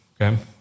Okay